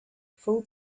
full